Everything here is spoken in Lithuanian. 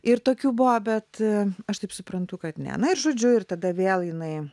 ir tokių buvo bet aš taip suprantu kad ne na ir žodžiu ir tada vėl jinai